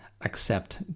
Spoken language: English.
accept